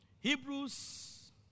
Hebrews